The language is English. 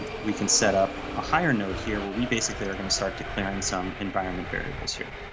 ah we can set up a higher note here where we basically are going to start declaring some environment variables here.